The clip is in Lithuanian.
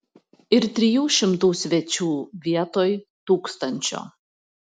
ir trijų šimtų svečių vietoj tūkstančio